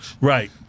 Right